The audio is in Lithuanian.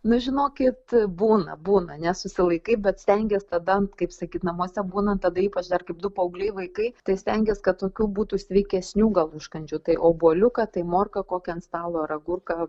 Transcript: na žinokit būna būna nesusilaikai bet stengies tada kaip sakyt namuose būna tada ypač dar kaip du paaugliai vaikai tai stengiuos kad tokių būtų sveikesnių gal užkandžių tai obuoliuką tai morką kokią ant stalo ar agurką